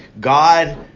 God